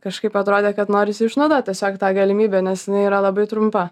kažkaip atrodė kad norisi išnaudot tiesiog tą galimybę nes jinai yra labai trumpa